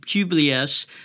Publius